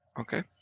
Okay